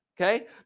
Okay